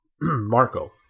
Marco